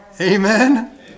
Amen